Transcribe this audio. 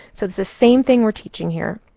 so it's the same thing we're teaching here.